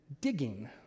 digging